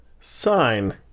sign